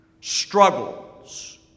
struggles